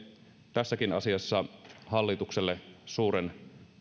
tässäkin asiassa hallitukselle suuren